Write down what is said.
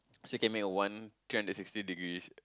so can make a one three hundred sixty degrees